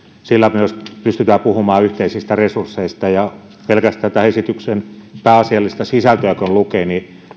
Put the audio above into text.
ja siten myös pystytään puhumaan yhteisistä resursseista pelkästään tämän esityksen pääasiallista sisältöä kun lukee